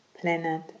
planet